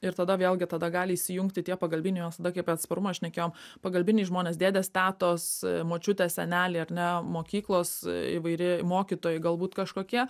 ir tada vėlgi tada gali įsijungti tie pagalbinių tada kai apie atsparumą šnekėjom pagalbiniai žmonės dėdės tetos močiutės seneliai ar ne mokyklos įvairi mokytojai galbūt kažkokie